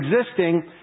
existing